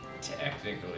Technically